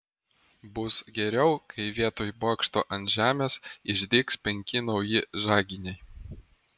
bus geriau kai vietoj bokšto ant žemės išdygs penki nauji žaginiai